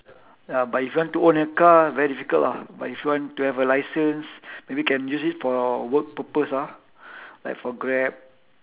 ya but if you want to own a car very difficult ah but if you want to have a license maybe can use it for work purpose ah like for grab